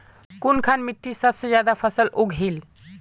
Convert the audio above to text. कुनखान मिट्टी सबसे ज्यादा फसल उगहिल?